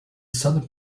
southern